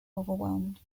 overwhelmed